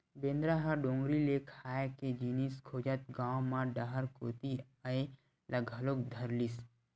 बेंदरा ह डोगरी ले खाए के जिनिस खोजत गाँव म डहर कोती अये ल घलोक धरलिस